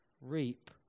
reap